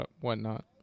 whatnot